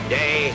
day